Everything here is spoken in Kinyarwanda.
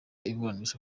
iburanisha